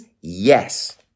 Yes